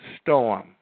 storm